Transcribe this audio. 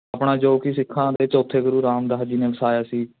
ਆਪਣਾ ਜੋ ਕਿ ਸਿੱਖਾਂ ਦੇ ਚੌਥੇ ਗੁਰੂ ਰਾਮਦਾਸ ਜੀ ਨੇ ਵਸਾਇਆ ਸੀ